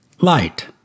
light